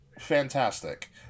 Fantastic